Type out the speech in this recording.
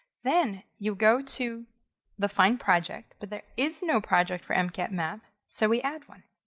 then you go to the find project, but there is no project for mcat math, so we add one.